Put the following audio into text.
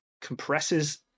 compresses